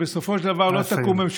שבסופו של דבר לא תקום,